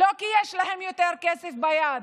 לא כי יש להם יותר כסף ביד,